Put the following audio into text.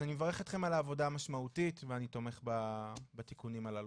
אז אני מברך אתכם על העבודה המשמעותית ואני תומך בתיקונים הללו.